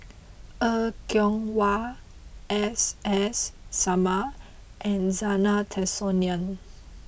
Er Kwong Wah S S Sarma and Zena Tessensohn